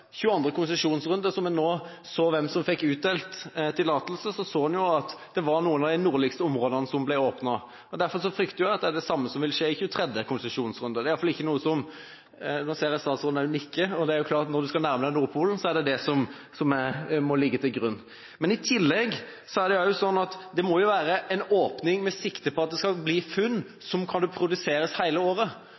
22. konsesjonsrunde, så en at det var noen av de nordligste områdene som ble åpnet. Derfor frykter jeg at det er det samme som vil skje i 23. konsesjonsrunde – nå ser jeg statsråden nikke. Det er klart at når du skal nærme deg Nordpolen, er det det som må ligge til grunn. Men i tillegg må det jo være en åpning med sikte på at det skal bli funn som gjør at det kan produseres hele året.